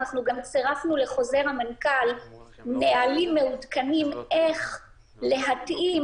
אנחנו גם צירפתנו לחוזר המנכ"ל נהלים מעודכנים איך להתאים